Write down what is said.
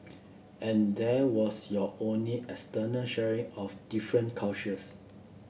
and that was your only external sharing of different cultures